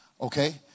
Okay